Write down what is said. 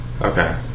Okay